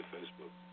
Facebook